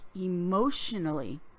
emotionally